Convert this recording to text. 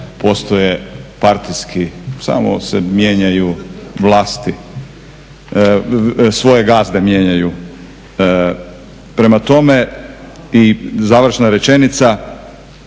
postoje partijski, samo se mijenjaju vlasti, svoje gazde mijenjaju. Prema tome, i završna rečenica,